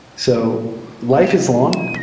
so life is long.